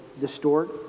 distort